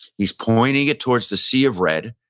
he's pointing it towards the sea of red,